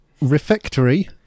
refectory